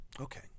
okay